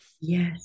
Yes